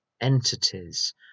entities